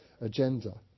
agenda